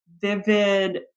vivid